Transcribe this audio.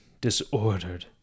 disordered